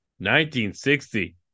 1960